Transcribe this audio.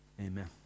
Amen